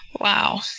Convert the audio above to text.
Wow